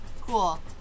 Cool